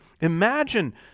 Imagine